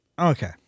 Okay